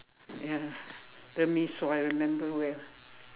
ya the mee-sua I remember where